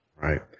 Right